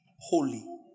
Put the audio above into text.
holy